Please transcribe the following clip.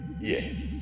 yes